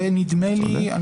ונדמה לי,